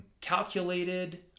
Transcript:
Calculated